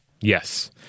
Yes